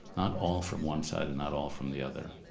not all from one side and not all from the other.